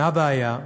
מה הבעיה?